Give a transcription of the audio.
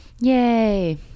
Yay